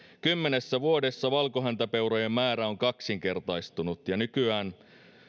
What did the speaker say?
kymmenessä vuodessa valkohäntäpeurojen määrä on kaksinkertaistunut ja nykyään